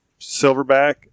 silverback